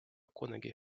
kunagi